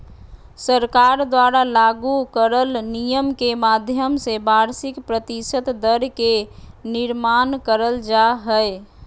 सरकार द्वारा लागू करल नियम के माध्यम से वार्षिक प्रतिशत दर के निर्माण करल जा हय